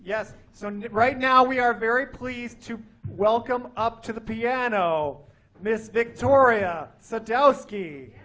yes right now we are very pleased to welcome up to the piano miss victoria